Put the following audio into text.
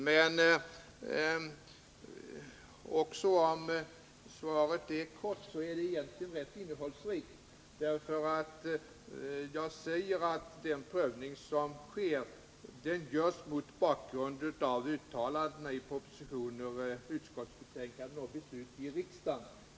Men även om svaret är kort, så är det ju egentligen rätt innehållsrikt. Jag säger nämligen att prövningen görs just mot bakgrund av uttalandena i propositioner, utskottsbetänkanden och beslut i riksdagen.